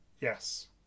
Yes